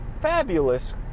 fabulous